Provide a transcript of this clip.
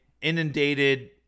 inundated